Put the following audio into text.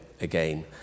again